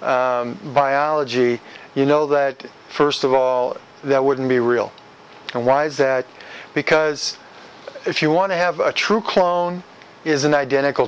biology you know that first of all that wouldn't be real and why is that because if you want to have a true clone is an identical